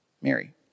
Mary